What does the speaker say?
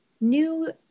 new